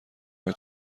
آیا